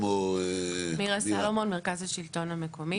מירה סלומון, מרכז השלטון המקומי.